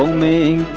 me